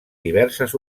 diverses